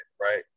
right